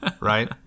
right